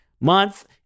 month